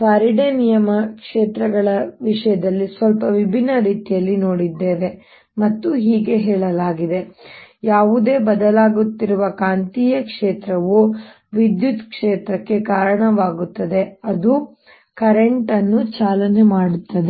ಫ್ಯಾರಡೆಯ ನಿಯಮ ಕ್ಷೇತ್ರಗಳ ವಿಷಯದಲ್ಲಿ ಸ್ವಲ್ಪ ವಿಭಿನ್ನ ರೀತಿಯಲ್ಲಿ ನೋಡಿದ್ದೇವೆ ಮತ್ತು ಹೀಗೆ ಹೇಳಲಾಗಿದೆ ಯಾವುದೇ ಬದಲಾಗುತ್ತಿರುವ ಕಾಂತೀಯ ಕ್ಷೇತ್ರವು ವಿದ್ಯುತ್ ಕ್ಷೇತ್ರಕ್ಕೆ ಕಾರಣವಾಗುತ್ತದೆ ಅದು ಕರೆಂಟ್ ಅನ್ನು ಚಾಲನೆ ಮಾಡುತ್ತದೆ